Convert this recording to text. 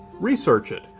research it.